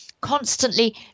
constantly